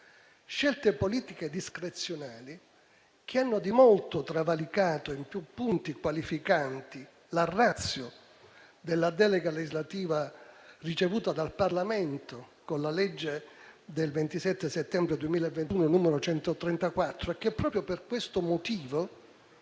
scelte politiche discrezionali hanno di molto travalicato, in più punti qualificanti, la *ratio* della delega legislativa ricevuta dal Parlamento con la legge del 27 settembre 2021, n. 134, che proprio per questo motivo